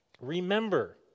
Remember